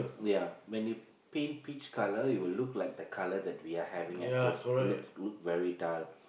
ya when they paint peach colour it will look like the colour that we are having at home it look look very dull